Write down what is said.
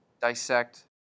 dissect